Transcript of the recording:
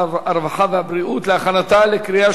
העירייה ומסי הממשלה (פטורין) (מס'